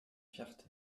fierté